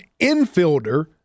infielder